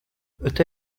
öte